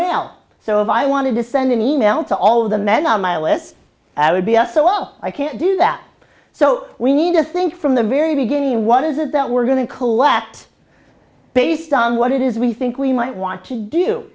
male so if i wanted to send an email to all of the men on my list i would be a solo i can't do that so we need to think from the very beginning what is it that we're going to collect based on what it is we think we might want to do